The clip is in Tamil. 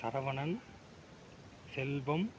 சரவணன் செல்வம்